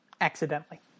accidentally